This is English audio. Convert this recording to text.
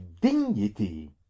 dignity